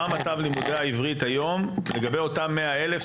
מה מצב לימודי העברית היום לגבי אותם 100 אלף?